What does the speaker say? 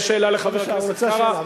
יש שאלה לחבר הכנסת קרא.